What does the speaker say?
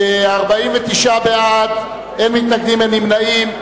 בעד, 49, אין מתנגדים, אין נמנעים.